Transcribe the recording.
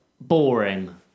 Boring